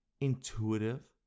intuitive